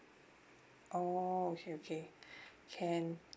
oh okay okay can